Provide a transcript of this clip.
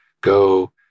Go